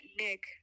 Nick